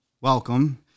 welcome